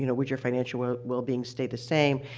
you know would your financial wellbeing stay the same.